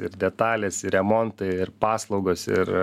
ir detalės ir remontai ir paslaugos ir